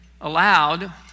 allowed